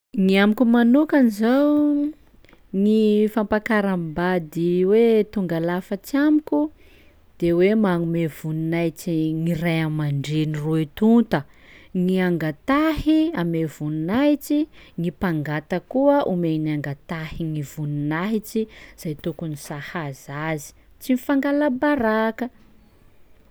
Ny amiko manokany zao gny fampakaram-bady hoe tonga lafatsy amiko de hoe magnome voninahitsy gny ray aman-dreny roe tonta, ny angatahy ame voninahitsy, ny mpangata koa omey ny angatahiny voninahitsy zay tokony sahaza azy, tsy mifangaka baraka.